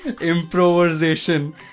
Improvisation